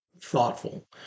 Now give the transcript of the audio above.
thoughtful